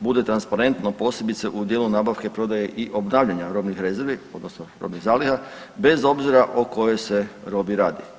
bude transparentno posebice u dijelu nabavke, prodaje i obnavljanja robnih rezervi odnosno robnih zaliha bez obzira o kojoj se robi radi.